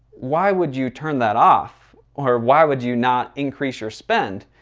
why would you turn that off? or why would you not increase your spend?